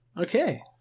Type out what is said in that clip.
Okay